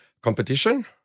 competition